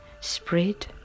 spread